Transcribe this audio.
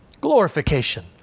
Glorification